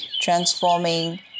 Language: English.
transforming